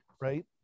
right